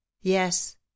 Yes